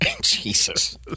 Jesus